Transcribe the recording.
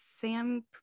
Sam